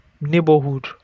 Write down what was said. neighborhood